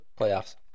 Playoffs